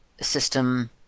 system